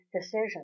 decision